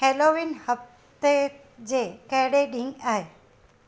Halloween हफ़्ते जे कहिड़े ॾींहुं आहे